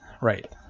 right